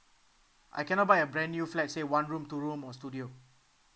I cannot buy a brand new flat say one room two room or studio